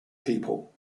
people